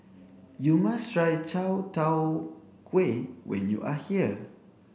you must try Chai Tow Kuay when you are here